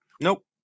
Nope